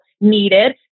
needed